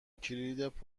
کلید